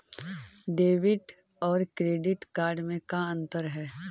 Debit और credit card में का अंतर है?